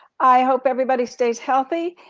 i hope everybody stays healthy.